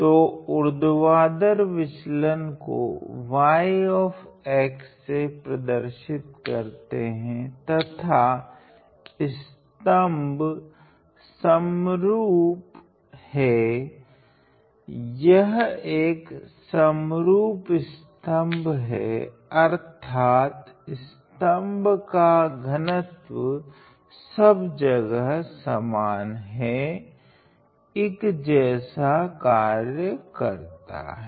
तो ऊर्ध्वाधर विचलन को y से प्रदर्शित करते है तथा स्तम्भ संरूप है यह एक संरूप स्तम्भ है अर्थात स्तम्भ का घनत्व सब जगह समान तथा अक जेसा कार्य करता है